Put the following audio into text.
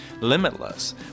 limitless